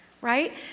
right